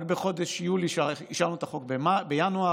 אישרנו את החוק בינואר.